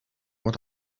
what